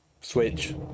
Switch